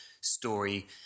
story